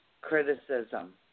criticism